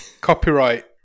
Copyright